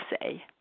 say